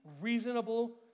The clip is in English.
reasonable